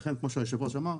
לכן כמו שהיושב-ראש אמר,